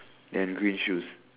and green shoes